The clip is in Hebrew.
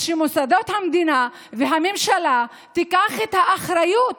אז שמוסדות המדינה והממשלה ייקחו אחריות